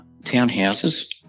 townhouses